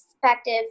perspective